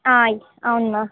ఆ అవును మ్యామ్